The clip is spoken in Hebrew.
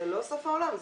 זה לא סוף העולם,